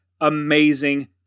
amazing